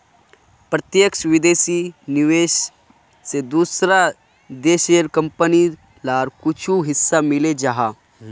प्रत्यक्ष विदेशी निवेश से दूसरा देशेर कंपनी लार कुछु हिस्सा मिले जाहा